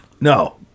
No